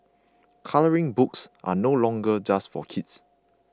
colouring books are no longer just for kids